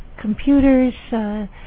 computers